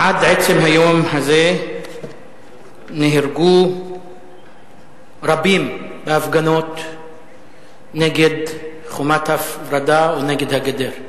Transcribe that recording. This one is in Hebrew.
עד עצם היום הזה נהרגו רבים בהפגנות נגד חומת ההפרדה או נגד הגדר,